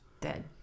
dead